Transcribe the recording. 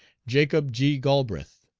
jacob g. galbraith,